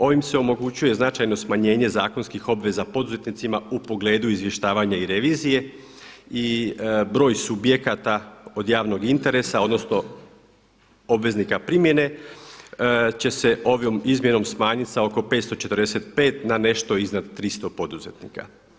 Ovim se omogućuje značajno smanjenje zakonskih obveza poduzetnicima u pogledu izvještavanja i revizije i broj subjekata od javnog interesa odnosno obveznika primjene će se ovom izmjenom smanjiti sa oko 545 na nešto iznad 300 poduzetnika.